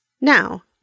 Now